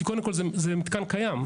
קודם כל, כי זה מתקן קיים.